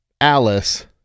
Alice